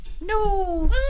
No